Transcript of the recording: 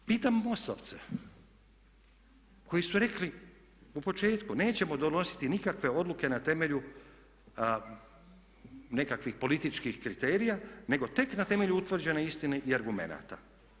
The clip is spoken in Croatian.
Pitam MOST-ovce koji su rekli u početku nećemo donositi nikakve odluke na temelju nekakvih političkih kriterija nego tek na temelju utvrđene istine i argumenata.